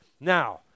Now